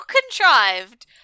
contrived